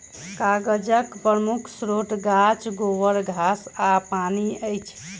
कागजक प्रमुख स्रोत गाछ, गोबर, घास आ पानि अछि